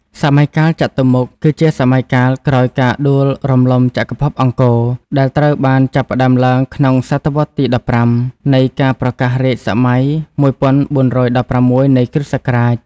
សម័យកាលចតុមុខ គឺជាសម័យកាលក្រោយការដួលរំលំចក្រភពអង្គរ ដែលត្រូវបានចាប់ផ្ដើមឡើងក្នុងស.វទី១៥ នៃការប្រកាសរាជសម័យ ១៤១៦ នៃគ.សករាជ។